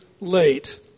late